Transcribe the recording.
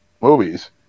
movies